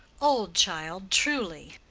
old, child, truly.